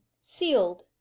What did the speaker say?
sealed